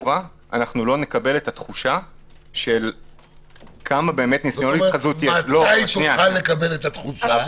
נקבל את התחושה של כמה- -- מתי תוכל לקבל את התחושה?